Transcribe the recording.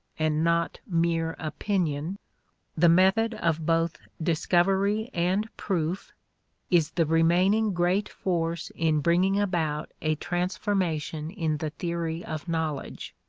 and not mere opinion the method of both discovery and proof is the remaining great force in bringing about a transformation in the theory of knowledge.